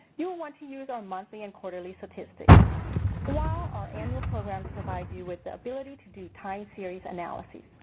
you will want to use our monthly and quarterly statistics while our annual programs provide you with the ability to do time series analyses.